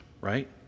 right